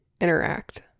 interact